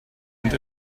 and